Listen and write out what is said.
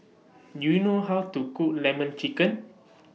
Do YOU know How to Cook Lemon Chicken